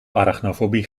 arachnofobie